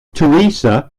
teresa